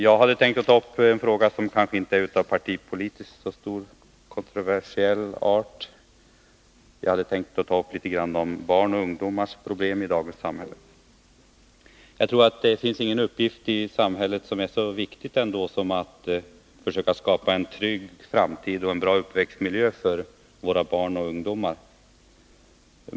Jag hade tänkt ta upp en fråga som partipolitiskt kanske inte är så kontroversiell. Jag skulle vilja säga litet grand om barns och ungdomars problem i dagens samhälle. Jag tror inte att det finns någon uppgift i samhället som är så viktig som den att försöka skapa en trygg framtid och en god uppväxtmiljö för våra barn och ungdomar.